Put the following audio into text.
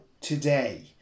today